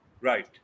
Right